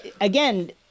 again